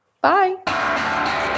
Bye